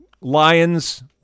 Lions